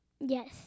Yes